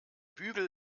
bügel